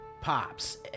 pops